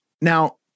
Now